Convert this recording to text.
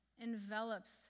envelops